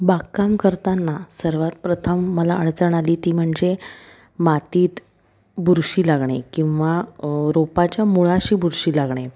बागकाम करताना सर्वात प्रथम मला अडचण आली ती म्हणजे मातीत बुरशी लागणे किंवा रोपाच्या मुळाशी बुरशी लागणे